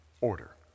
order